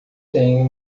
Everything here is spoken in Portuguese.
tenho